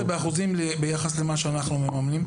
אבל יש בהם --- כמה זה באחוזים לעומת בתי הספר שאנחנו מממנים?